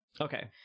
Okay